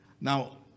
now